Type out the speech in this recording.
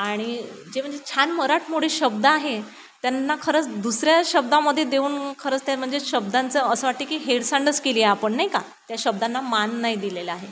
आणि जे म्हणजे छान मराठमोळे शब्द आहे त्यांना खरंच दुसऱ्या शब्दामध्ये देऊन खरंच ते म्हणजे शब्दांचं असं वाटते की हेळसांडच केली आहे आपण नाही का त्या शब्दांना मान नाही दिलेला आहे